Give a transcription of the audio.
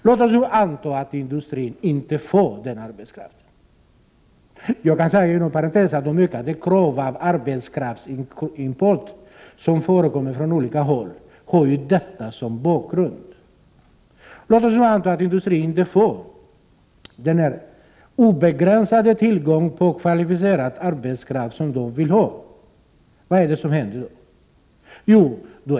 Låt oss anta att industrin inte kommer att ha den obegränsade tillgång på kvalificerad arbetskraft som den vill ha — bakom de allt större krav på arbetskraftsimport som reses från olika håll finns det som jag här har nämnt. Vad händer då?